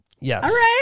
Yes